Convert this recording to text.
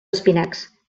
espinacs